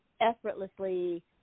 effortlessly